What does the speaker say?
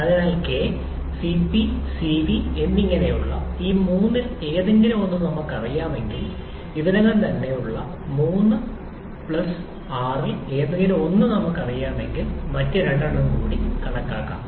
അതിനാൽ K Cp Cv എന്നിങ്ങനെയുള്ള ഈ മൂന്നിൽ ഏതെങ്കിലും ഒന്ന് നമുക്കറിയാമെങ്കിൽ ഇതിനകം തന്നെ ഉള്ള മൂന്ന് പ്ലസ് R യിൽ ഏതെങ്കിലും ഒന്ന് നമുക്ക് അറിയാമെങ്കിൽ മറ്റ് രണ്ടെണ്ണം കൂടി കണക്കാക്കാം